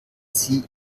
sie